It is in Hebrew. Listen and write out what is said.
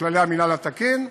בכללי המינהל התקין.